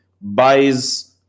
buys